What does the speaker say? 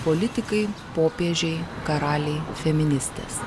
politikai popiežiai karaliai feministės